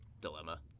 Dilemma